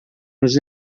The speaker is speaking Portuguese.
nos